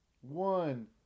One